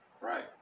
Right